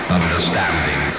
understanding